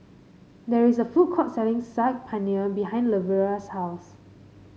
there is a food court selling Saag Paneer behind Lavera's house